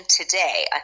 today